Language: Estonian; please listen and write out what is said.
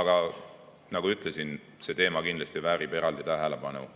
Aga nagu ütlesin, see teema kindlasti väärib eraldi tähelepanu